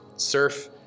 surf